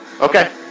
Okay